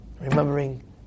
remembering